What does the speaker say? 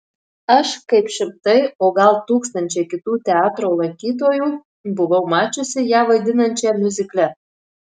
aš kaip šimtai o gal tūkstančiai kitų teatro lankytojų buvau mačiusi ją vaidinančią miuzikle